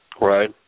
Right